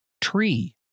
tree